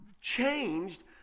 changed